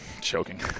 Choking